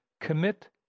commit